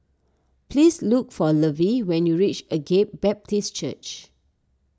please look for Lovie when you reach Agape Baptist Church